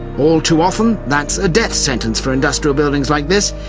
all too often, that's a death sentence for industrial buildings like this.